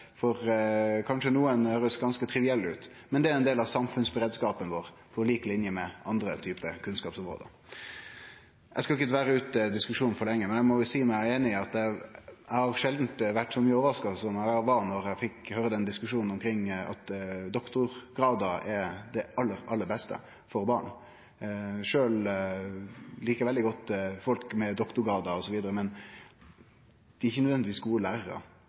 høyrest kanskje trivielle ut for nokon. Men dei er ein del av samfunnsberedskapen vår, på lik linje med andre typar kunnskapsområde. Eg skal ikkje tvære ut diskusjonen for lenge, men eg må seie meg einig i at eg har sjeldan vore så overraska som eg var då eg fekk høyre diskusjonen om at doktorgradar er det aller, aller beste for barn. Sjølv likar eg veldig godt folk med doktorgrad, men dei er ikkje nødvendigvis gode lærarar,